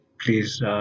please